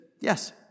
yes